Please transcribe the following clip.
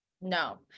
No